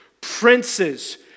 princes